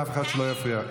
ושאף אחד לא יפריע.